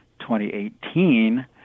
2018